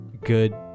good